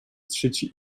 trzeci